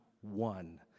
one